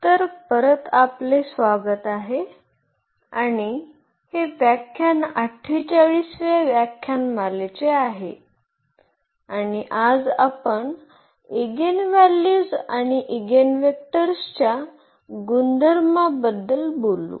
तर परत आपले स्वागत आहे आणि हे व्याख्यान 48 व्या व्याख्यानमालेचे आहे आणि आज आपण इगेनव्हल्यूज आणि ईगेनवेक्टर्सच्या गुणधर्मांबद्दल बोलू